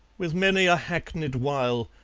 with many a hackneyed wile,